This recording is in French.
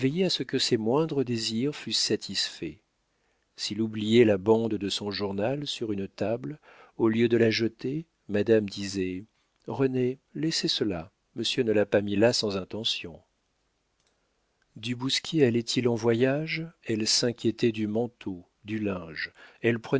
à ce que ses moindres désirs fussent satisfaits s'il oubliait la bande de son journal sur une table au lieu de la jeter madame disait rené laissez cela monsieur ne l'a pas mis là sans intention du bousquier allait-il en voyage elle s'inquiétait du manteau du linge